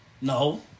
No